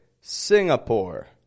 Singapore